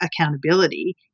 accountability